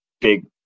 big